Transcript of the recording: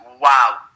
Wow